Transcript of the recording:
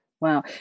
Wow